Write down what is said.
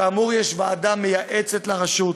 כאמור, יש ועדה מייעצת לרשות,